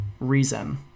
reason